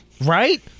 Right